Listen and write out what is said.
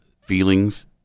feelings